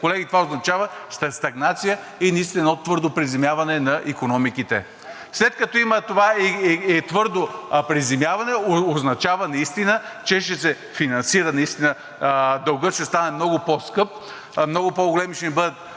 колеги, това означава стагнация и наистина едно твърдо приземяване на икономиките. След като има това твърдо приземяване, означава, че наистина ще се финансира, дългът ще стане много по-скъп, много по-големи ще ни бъдат